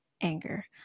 anger